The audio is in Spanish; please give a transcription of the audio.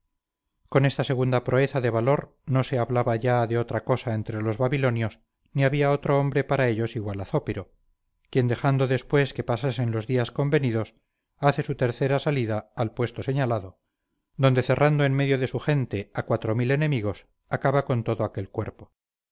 con esta segunda proeza de valor no se hablaba ya de otra cosa entre los babilonios ni había otro hombre para ellos igual a zópiro quien dejando después que pasasen los días convenidos hace su tercer salida al puesto señalado donde cerrando en medio de su gente a cuatro mil enemigos acaba con todo aquel cuerpo